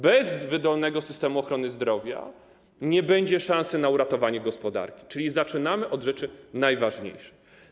Bez wydolnego systemu ochrony zdrowia nie będzie szansy na uratowanie gospodarki, czyli zaczynamy od rzeczy najważniejszych.